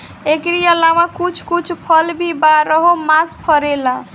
एकरी अलावा कुछ कुछ फल भी बारहो मास फरेला